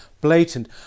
blatant